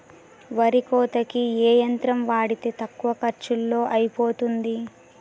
వరి కోతకి ఏ యంత్రం వాడితే తక్కువ ఖర్చులో అయిపోతుంది?